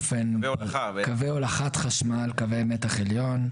חשמל, קווי הולכת חשמל קווי מתח עליון,